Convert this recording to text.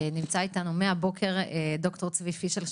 נמצא אתנו מהבוקר ד"ר צבי פישל,